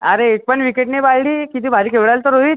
अरे एक पण विकेट नाही पाडली किती भारी खेळू राहिला तो रोहित